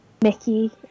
Mickey